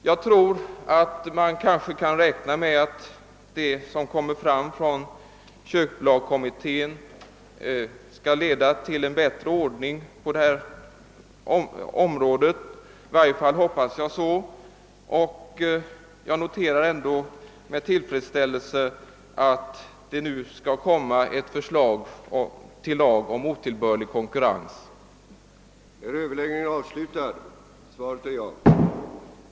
Jag hoppas att det förslag som kommer att framläggas av köplagkommittén leder till en bättre ordning på området, och jag noterar med tillfredsställelse att ett förslag till lag om åtgärder mot otillbörlig konkurrens skall presenteras.